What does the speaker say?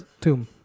tomb